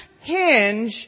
hinge